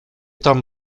tam